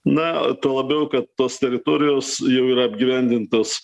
na tuo labiau kad tos teritorijos jau yra apgyvendintos